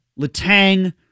Letang